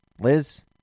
Liz